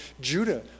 Judah